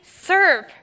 serve